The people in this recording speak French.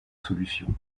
solution